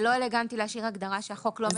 זה לא אלגנטי להשאיר הגדרה שהחוק לא מדבר בה.